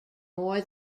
more